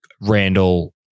Randall